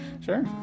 Sure